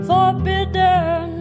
Forbidden